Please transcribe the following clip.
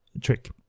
trick